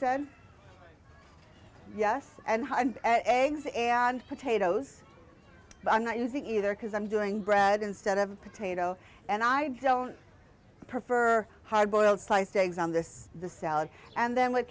said yes and eggs and potatoes but i'm not using either because i'm doing bread instead of potato and i don't prefer hard boiled sliced eggs on this the salad and then w